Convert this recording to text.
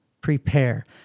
prepare